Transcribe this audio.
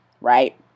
right